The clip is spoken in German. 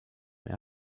mehr